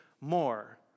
more